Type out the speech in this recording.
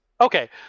Okay